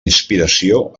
inspiració